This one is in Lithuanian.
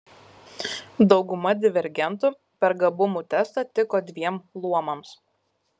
dauguma divergentų per gabumų testą tiko dviem luomams